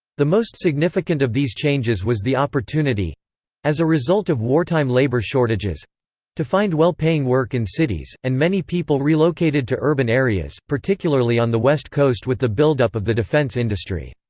the most significant of these changes was the opportunity as a result of wartime labor shortages to find well-paying work in cities, and many people relocated to urban areas, particularly on the west coast with the buildup of the defense industry.